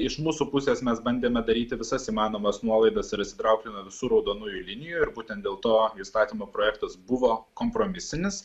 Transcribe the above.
iš mūsų pusės mes bandėme daryti visas įmanomas nuolaidas ir išsitraukėme visų raudonųjų linijų ir būtent dėl to įstatymo projektas buvo kompromisinis